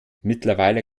mittlerweile